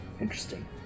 Interesting